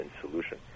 solution